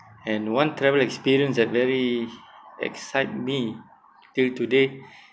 and one travel experience that very excite me till today